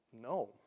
no